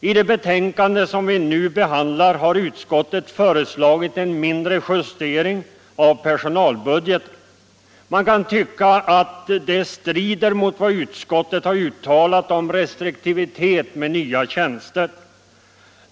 I det betänkande som vi nu behandlar har utskottet föreslagit en mindre justering av personalbudgeten. Man kan tycka att detta strider mot vad utskottet uttalat om restriktivitet med nya tjänster.